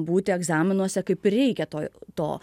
būti egzaminuose kaip ir reikia to to